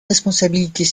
responsabilités